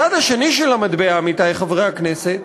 הצד השני של המטבע, עמיתי חברי הכנסת,